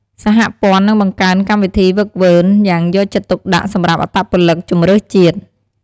សហព័ន្ធនឹងបង្កើនកម្មវិធីហ្វឹកហ្វឺនយ៉ាងយកចិត្តទុកដាក់សម្រាប់អត្តពលិកជម្រើសជាតិ។